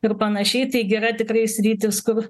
ir panašiai taigi yra tikrai sritys kur